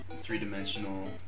three-dimensional